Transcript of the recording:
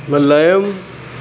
ملائم